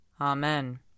Amen